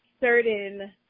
certain